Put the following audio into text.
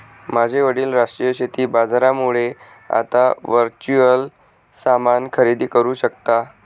माझे वडील राष्ट्रीय शेती बाजारामुळे आता वर्च्युअल सामान खरेदी करू शकता